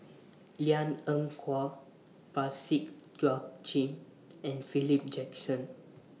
Liang Eng Hwa Parsick and Philip Jackson